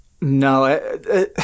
No